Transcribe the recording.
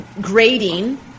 grading